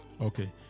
Okay